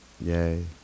Yay